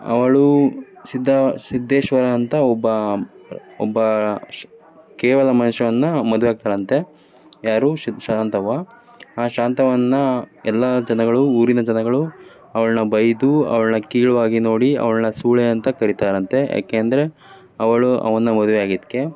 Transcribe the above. ಅವಳು ಸಿದ್ದ ಸಿದ್ದೇಶ್ವರ ಅಂತ ಒಬ್ಬ ಒಬ್ಬ ಶ್ ಕೇವಲ ಮನುಷ್ಯನನ್ನು ಮದುವೆ ಆಗ್ತಾಳಂತೆ ಯಾರು ಶಾಂತವ್ವ ಆ ಶಾಂತವ್ವನನ್ನ ಎಲ್ಲ ಜನಗಳು ಊರಿನ ಜನಗಳು ಅವ್ಳನ್ನ ಬೈದು ಅವ್ಳನ್ನ ಕೀಳಾಗಿ ನೋಡಿ ಅವ್ಳನ್ನ ಸೂಳೆ ಅಂತ ಕರಿತಾರಂತೆ ಯಾಕೆ ಅಂದರೆ ಅವಳು ಅವನನ್ನ ಮದುವೆ ಆಗಿದ್ದಕ್ಕೆ